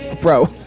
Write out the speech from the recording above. bro